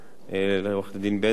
לעורכת-הדין בנדלר,